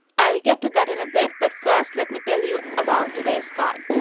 i'll get to that in a bit. but first, let me tell you about today's card.